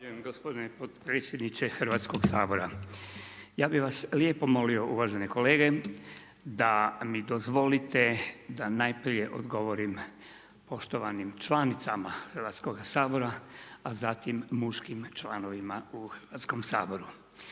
gospodine potpredsjedniče Hrvatskog sabora. Ja bih vas lijepo molio uvažene kolege da mi dozvolite da najprije odgovorim poštovanim članicama Hrvatskoga sabora, a zatim muškim članovima u Hrvatskom saboru.